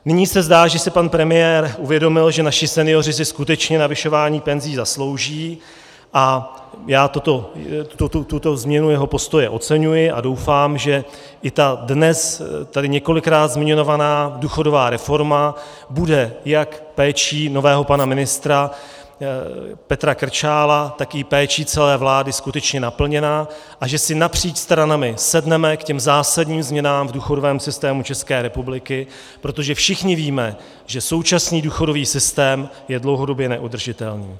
Nyní se zdá, že si pan premiér uvědomil, že si naši senioři skutečně navyšování penzí zaslouží, a já tuto změnu jeho postoje oceňuji a doufám, že i ta dnes tady několikrát zmiňovaná důchodová reforma bude jak péčí nového pana ministra Petra Krčála, tak i péčí celé vlády skutečně naplněna a že si napříč stranami sedneme k těm zásadním změnám v důchodovém systému České republiky, protože všichni víme, že současný důchodový systém je dlouhodobě neudržitelný.